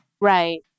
Right